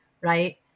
Right